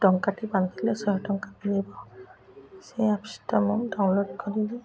ଟଙ୍କାଟି ବାନ୍ଧିଲେ ଶହେ ଟଙ୍କା ପଳେଇବ ସେ ଆପ୍ସ୍ଟା ମୁଁ ଡ଼ାଉନଲୋଡ଼୍ କରିବି